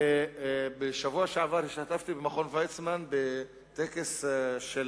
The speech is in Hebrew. בשבוע שעבר השתתפתי במכון ויצמן בטקס של